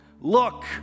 Look